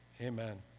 amen